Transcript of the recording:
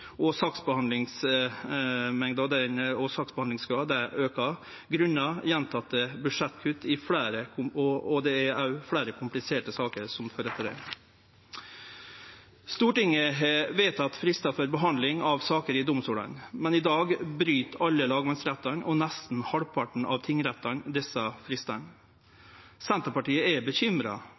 og saksbehandlingsmengda og saksbehandlingskøa aukar grunna gjentekne budsjettkutt, og det er òg fleire kompliserte saker som ei følgje av det. Stortinget har vedteke fristar for behandling av saker i domstolane, men i dag bryt alle lagmannsrettane og nesten halvparten av tingrettane desse fristane. Senterpartiet er bekymra